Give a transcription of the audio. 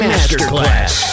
Masterclass